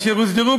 אשר הוסדרו,